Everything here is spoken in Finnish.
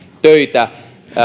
töitä